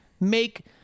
make